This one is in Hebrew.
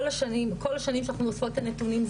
כל השנים שאנחנו אוספות את הנתונים,